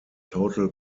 total